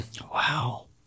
Wow